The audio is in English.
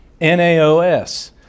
N-A-O-S